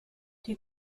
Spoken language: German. die